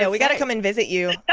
yeah we got to come and visit you